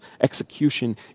execution